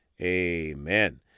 amen